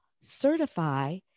certify